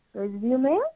resume